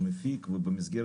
המשרד.